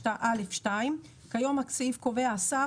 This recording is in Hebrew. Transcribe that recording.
5גא(2) כיום הסעיף קובע: השר,